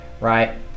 right